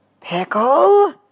Pickle